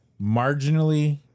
marginally